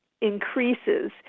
increases